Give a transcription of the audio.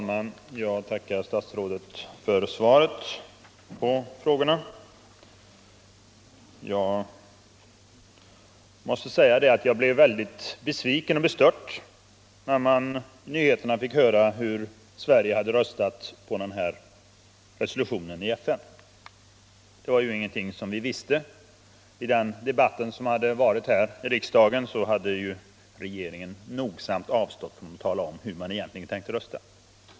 Herr talman! Jag tackar för svaret på frågorna. Jag måste säga att jag blev mycket besviken och bestört när jag i nyheterna fick höra hur Sverige röstat beträffande den här resolutionen i FN. Det var ingenting som vi visste — den debatten som hade förts här i riksdagen hade regeringen nogsamt avstått från att tala om hur man egentligen tänkte rösta.